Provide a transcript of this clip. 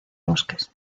bosques